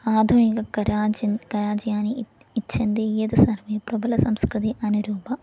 आधुनिककराजिन् कराज्यानि इति इच्छन्ति यत् सर्वे प्रबलसंस्कृतिः अनुरूपः